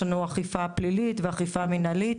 יש לנו אכיפה פלילית ואכיפה מנהלית,